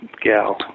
gal